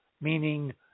meaning